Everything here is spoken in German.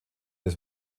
des